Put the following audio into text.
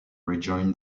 rejoin